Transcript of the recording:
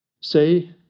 Say